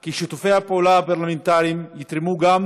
כי שיתופי הפעולה הפרלמנטריים יתרמו גם